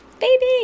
baby